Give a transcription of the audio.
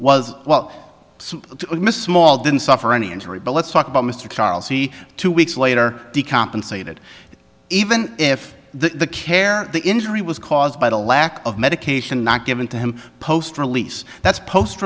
was well miss small didn't suffer any injury but let's talk about mr charles e two weeks later he compensated even if the care the injury was caused by the lack of medication not given to him post release that's post